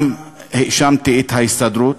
גם האשמתי את ההסתדרות,